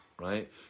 right